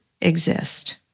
exist